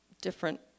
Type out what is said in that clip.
different